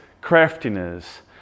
craftiness